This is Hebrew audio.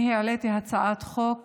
העליתי הצעת חוק